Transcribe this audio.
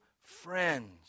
friends